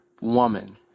woman